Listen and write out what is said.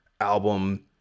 album